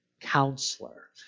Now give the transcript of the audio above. counselor